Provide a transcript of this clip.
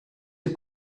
the